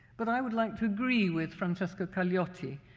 but i would like to agree with francesco caglioti,